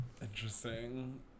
Interesting